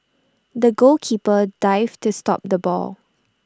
the goalkeeper dived to stop the ball